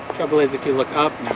trouble is if you look up